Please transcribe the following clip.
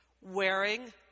Wearing